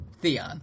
Theon